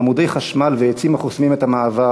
עמודי חשמל ועצים החוסמים את המעבר,